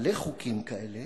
נעלה חוקים כאלה